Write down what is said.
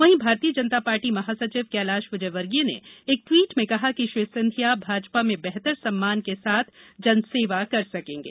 वहीं भारतीय जनता पार्टी महासचिव कैलाश विजयवर्गीय ने एक टवीट में कहा कि श्री सिंधिया भाजपा में बेहतर सम्मान के साथ जनसेवा कर सकेंगे